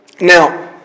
now